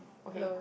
okay